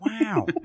Wow